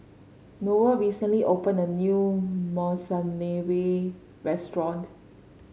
Roel recently opened a new Monsunabe restaurant